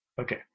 okay